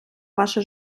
ваше